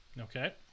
Okay